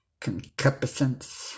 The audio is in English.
concupiscence